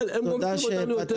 אבל הם גונבים אותנו יותר.